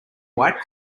white